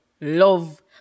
love